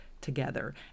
together